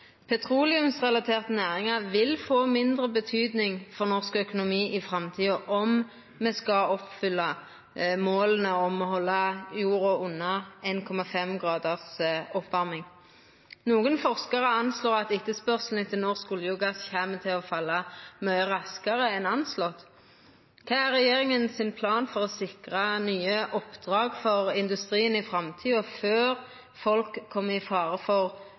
Petroleumsrelaterte næringer vil få mindre betydning for norsk økonomi i fremtiden om vi skal oppfylle våre mål om å holde jorden under 1,5 graders oppvarming. Noen forskere anslår at etterspørselen etter norsk olje og gass kommer til å falle mye raskere enn anslått. Hva er regjeringens plan for å sikre nye oppdrag for industrien i fremtiden, før folk kommer i fare for